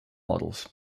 models